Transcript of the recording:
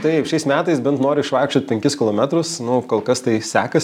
taip šiais metais bent noriu išvaikščiot penkis kilometrus nu kol kas tai sekas